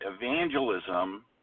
evangelism